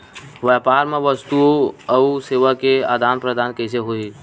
व्यापार मा वस्तुओ अउ सेवा के आदान प्रदान कइसे होही?